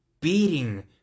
beating